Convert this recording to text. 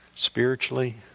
Spiritually